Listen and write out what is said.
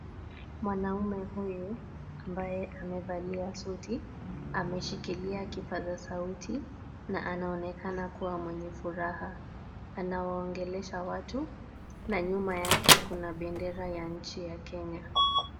Mwanaume huyu ambaye amevalia suti, ameshikilia kipaza sauti na anaonekana kuwa mwenye furaha. Anawaongelesha watu na nyuma yake kuna bendera ya nchi ya Kenya.